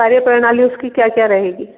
कार्य प्रणाली उसकी क्या क्या रहेगी